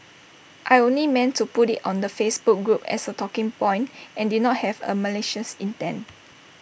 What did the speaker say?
I'd only meant to put IT on the Facebook group as A talking point and did not have A malicious intent